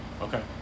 Okay